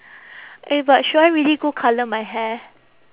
eh but should I really go colour my hair